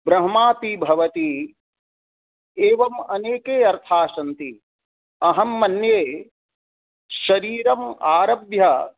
ब्रह्मा अपि भवति एवं अनेके अर्थाः सन्ति अहं मन्ये शरीरम् आरभ्य